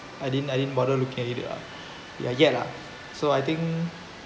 I didn't I didn't bother looking at it lah ah yet lah so I think